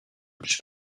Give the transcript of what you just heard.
vais